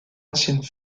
ancienne